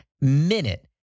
minute